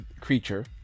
creature